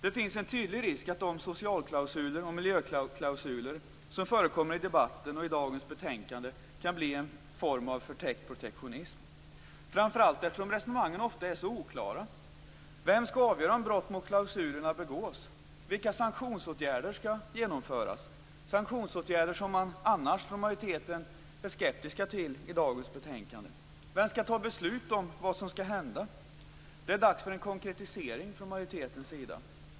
Det finns en tydlig risk att de socialklausuler och miljöklausuler som förekommer i debatten och i dagens betänkande kan bli en form av förtäckt protektionism, framför allt eftersom resonemangen ofta är så oklara. Vem skall avgöra om brott mot klausulerna begås? Vilka sanktionsåtgärder skall genomföras? Sanktionsåtgärder är majoriteten annars skeptisk till i dagens betänkande. Vem skall fatta beslut om vad som skall hända? Det är dags för en konkretisering från majoritetens sida.